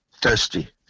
thirsty